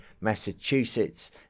Massachusetts